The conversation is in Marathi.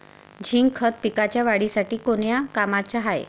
झिंक खत पिकाच्या वाढीसाठी कोन्या कामाचं हाये?